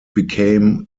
became